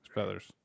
feathers